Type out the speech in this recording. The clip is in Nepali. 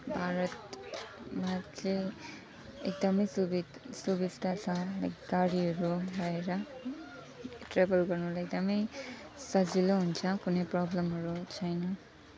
भारत एकदमै सुबिस् सुबिस्ता छ लाइक गाडीहरू भएर ट्राभल गर्नुलाई एकदमै सजिलो हुन्छ कुनै प्रब्लमहरू छैन